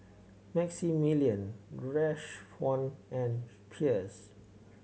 Maximilian Rashawn and Pierce